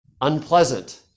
unpleasant